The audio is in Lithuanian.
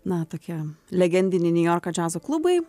na tokia legendiniai niujorko džiazo klubai